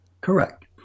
Correct